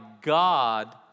God